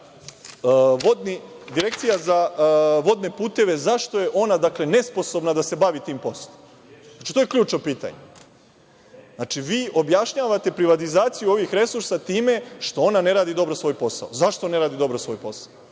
Direkcija za vodne puteve nesposobna da se bavi tim poslom? To je ključno pitanje. Znači, vi objašnjavate privatizaciju ovih resursa time što ona ne radi svoj posao. Zašto ne radi dobro svoj posao?